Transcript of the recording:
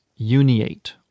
uniate